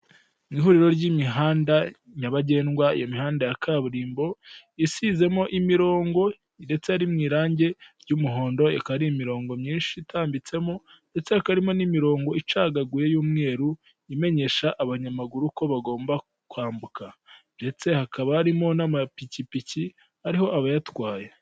Ihuriro ry'imihanda nyabagendwa. Iyo mihanda ya kaburimbo isizemo imirongo ndetse iri mu irangi y'umuhondo, ikaba ari imirongo myinshi itambitsemo ndetse hakaba harimo n'imirongo icagaguye y'umweru imenyesha abanyamaguru ko bagomba kwambuka, ndetse hakaba harimo n'amapikipiki ariho abayatwaye.